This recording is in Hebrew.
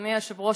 אדוני היושב-ראש,